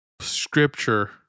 scripture